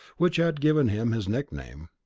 which had given him his nickname.